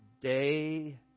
day